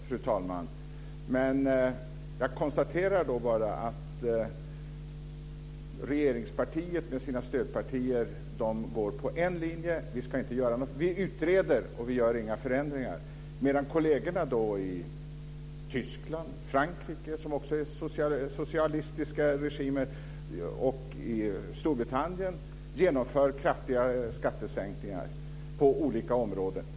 Fru talman! Det är inte riktigt svar på mina frågor. Jag konstaterar att regeringspartiet med sina stödpartier går på linjen: Vi utreder, och vi gör inga förändringar. Kollegerna i Tyskland och Frankrike, som också har socialistiska regimer, och i Storbritannien genomför kraftiga skattesänkningar på olika områden.